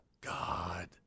god